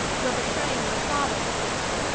you're betraying your fathers, jack.